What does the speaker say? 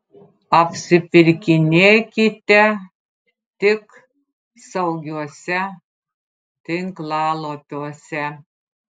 apsipirkinėkite tik saugiuose tinklalapiuose